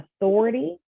authority